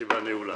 הישיבה נעולה.